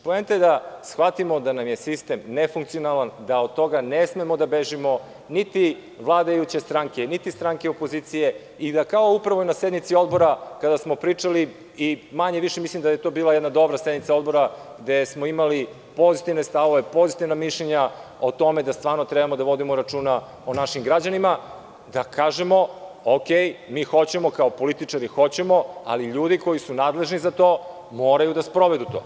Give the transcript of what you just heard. Poenta je da shvatimo da nam je sistem nefunkiconalan, da od toga ne smemo da bežimo, niti vladajuće stranke, niti stranke opozicije i da, kao i na sednici odbora kada smo pričali, mislim da je to bila dobra sednica odbora gde smo imali pozitivne stavove, pozitivna mišljenja o tome da stvarno treba da vodimo računa o našim građanima, da kažemo – mi hoćemo, kao političari, ali ljudi koji su nadležni za to moraju da sprovedu to.